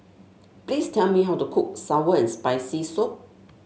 please tell me how to cook sour and Spicy Soup